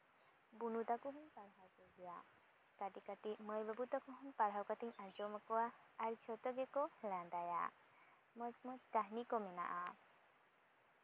ᱵᱩᱱᱩ ᱛᱟᱠᱚ ᱦᱚᱸᱧ ᱯᱟᱲᱦᱟᱣ ᱠᱚᱜᱮᱭᱟ ᱠᱟᱹᱴᱤᱡ ᱠᱟᱹᱴᱤᱡ ᱢᱟᱹᱭ ᱵᱟᱹᱵᱩ ᱛᱟᱠᱚ ᱦᱚᱸᱧ ᱯᱟᱲᱦᱟᱣ ᱠᱟᱛᱮ ᱟᱸᱡᱚᱢ ᱟᱠᱚᱣᱟ ᱟᱨ ᱡᱷᱚᱛᱚ ᱜᱮᱠᱚ ᱞᱟᱸᱫᱟᱭᱟ ᱢᱚᱡᱽ ᱢᱚᱡᱽ ᱠᱟᱹᱦᱱᱤ ᱠᱚ ᱢᱮᱱᱟᱜᱼᱟ